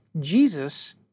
Jesus